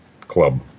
club